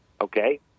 Okay